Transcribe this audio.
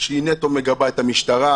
שהיא נטו מגבה את המשטרה.